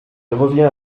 revient